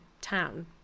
town